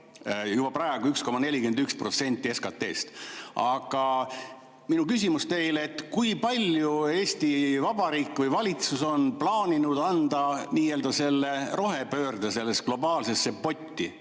juba praegu 1,41% SKT‑st. Aga minu küsimus teile. Kui palju on Eesti Vabariik või valitsus plaaninud anda nii-öelda selle rohepöörde globaalsesse potti?